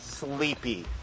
Sleepy